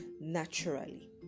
naturally